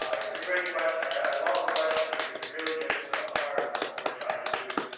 it's a great question. i love the question, because it really gets to the heart of what we're trying to do.